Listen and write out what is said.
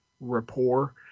rapport